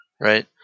right